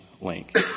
link